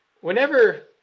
whenever